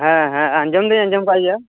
ᱦᱮᱸ ᱦᱮᱸ ᱟᱸᱡᱚᱢ ᱫᱳᱧ ᱟᱸᱡᱚᱢ ᱠᱟᱜ ᱜᱮᱭᱟ